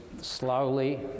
slowly